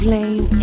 Blame